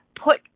put